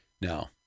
Now